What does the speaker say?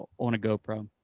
on a gopro,